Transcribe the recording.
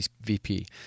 VP